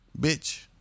Bitch